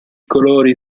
colori